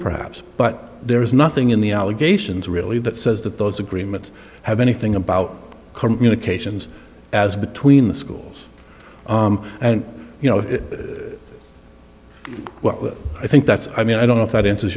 perhaps but there is nothing in the allegations really that says that those agreements have anything about communications as between the schools and you know what i think that's i mean i don't know if that answers